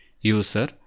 user